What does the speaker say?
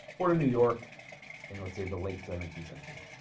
or in new york and let's say the late seventeenth century